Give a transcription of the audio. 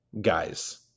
Guys